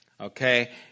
okay